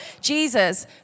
Jesus